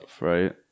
right